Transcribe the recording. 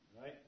Right